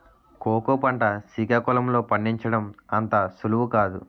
cocoa పంట సికాకుళం లో పండించడం అంత సులువు కాదు